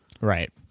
Right